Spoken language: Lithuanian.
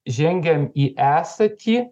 žengiam į esatį